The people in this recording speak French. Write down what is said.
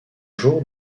jours